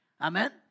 Amen